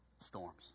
Storms